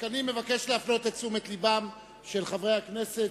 אני מבקש להפנות את תשומת לבם של חברי הכנסת,